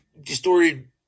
distorted